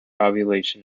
ovulation